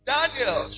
Daniel